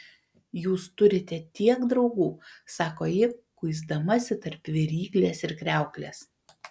jūs turite tiek draugų sako ji kuisdamasi tarp viryklės ir kriauklės